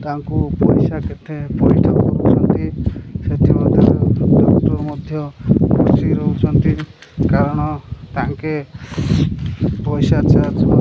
ତାଙ୍କୁ ପଇସା କେତେ ପଇଠ କରୁଛନ୍ତି ସେଥିମଧ୍ୟରୁ ଜୀବଜନ୍ତୁ ମଧ୍ୟ ଖୁସି ରହୁଚନ୍ତି କାରଣ ତାଙ୍କେ ପଇସା ଚାର୍ଜ ମଧ୍ୟ